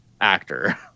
actor